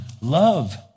love